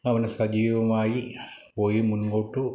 അവന് സജീവമായി പോയി മുമ്പോട്ട്